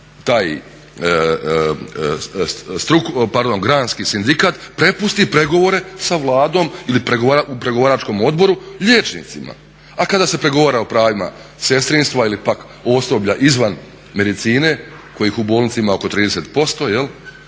taj granski sindikat prepusti pregovore sa Vladom ili u pregovaračkom odboru liječnicima. A kada se pregovara o pravima sestrinstva ili pak osoblja izvan medicine kojih u bolnici ima oko 30%